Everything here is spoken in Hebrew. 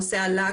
הנושא עלה,